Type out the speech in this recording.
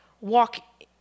walk